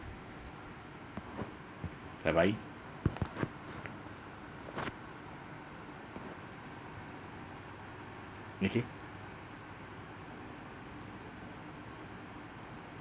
bye bye okay